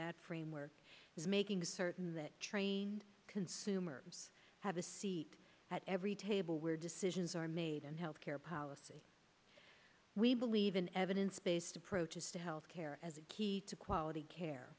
that framework is making certain that trained consumers have a seat at every table where decisions are made on health care policy we believe in evidence based approaches to health care as a key to quality care